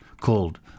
called